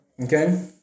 Okay